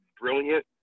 brilliant